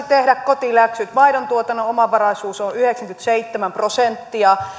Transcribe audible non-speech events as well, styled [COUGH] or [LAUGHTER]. [UNINTELLIGIBLE] tehdä kotiläksyt maidontuotannon omavaraisuus on yhdeksänkymmentäseitsemän prosenttia